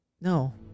No